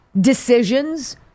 decisions